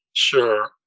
Sure